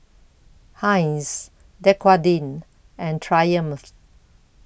Heinz Dequadin and Triumph